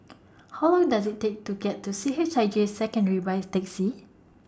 How Long Does IT Take to get to C H I J Secondary By Taxi